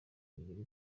kugira